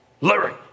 Larry